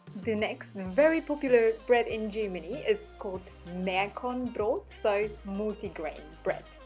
the next very popular bread in germany is called mehrkornbrot so multigrain bread.